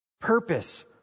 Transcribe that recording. Purpose